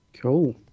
Cool